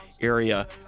area